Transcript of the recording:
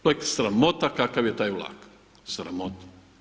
To je sramota kakav je taj vlak, sramota.